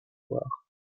voir